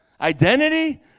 identity